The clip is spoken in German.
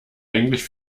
eigentlich